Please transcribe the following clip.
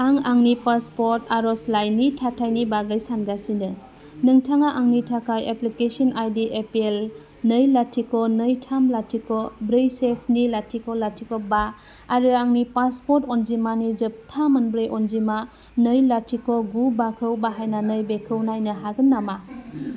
आं आंनि पासपर्ट आर'जलाइनि थाथायनि बागै सानगासिनो नोंथाङा आंनि थाखाय एप्लिकेसन आइडि एपिएल नै लाथिख' नै थाम लाथिख' ब्रै से स्नि लाथिख' लाथिख' बा आरो आंनि पासपर्ट अनजिमानि जोबथा मोनब्रै अनजिमा नै लाथिख' गु बाखौ बाहायनानै बेखौ नायनो हागोन नामा